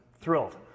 thrilled